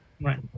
right